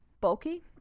bulky